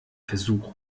versuch